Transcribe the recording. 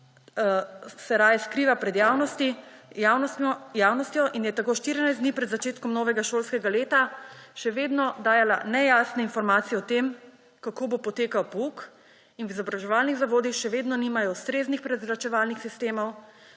raje skriva pred javnostjo in je tako 14 dni pred začetkom novega šolskega leta še vedno dajala nejasne informacije o tem, kako bo potekal pouk, in v izobraževalnih zavodih še vedno nimajo ustreznih prezračevalnih sistemov,